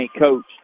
coach